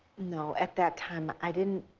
no. at that time, i didn't,